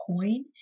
coin